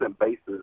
basis